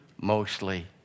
mostly